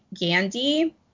Gandhi